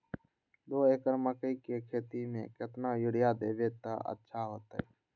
दो एकड़ मकई के खेती म केतना यूरिया देब त अच्छा होतई?